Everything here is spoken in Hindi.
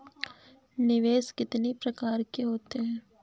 निवेश कितनी प्रकार के होते हैं?